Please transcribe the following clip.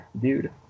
dude